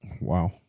Wow